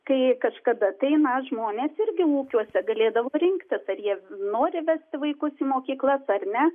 kai kažkada tai mes žmonės irgi ūkiuose galėdavo rinktis ar jie nori vesti vaikus į mokyklas ar ne